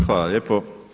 Hvala lijepo.